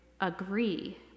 agree